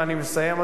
ואני מסיים,